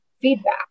feedback